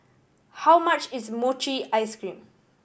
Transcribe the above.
how much is mochi ice cream